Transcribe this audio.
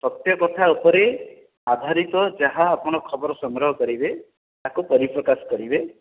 ସତ୍ୟ କଥା ଉପରେ ଆଧାରିତ ଯାହା ଆପଣ ଖବର ସଂଗ୍ରହ କରିବେ ତାକୁ ପରିପ୍ରକାଶ କରିବେ